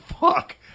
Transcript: fuck